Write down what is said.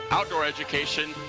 outdoor education,